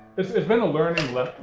it's it's been a learning le